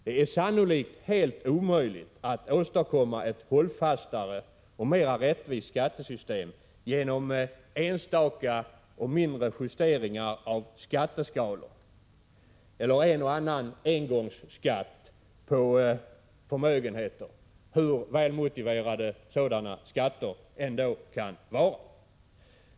Det är sannolikt helt omöjligt att åstadkomma ett hållfastare och mera rättvist skattesystem genom enstaka och mindre justeringar av skatteskalor eller genom en och annan engångsskatt på förmögenheter — hur välmotiverade sådana skatter än kan vara.